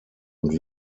und